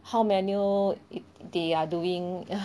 how menu if they are doing